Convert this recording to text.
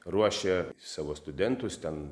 ruošia savo studentus ten